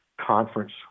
conference